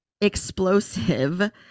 explosive